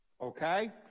Okay